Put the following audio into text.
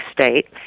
State